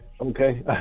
Okay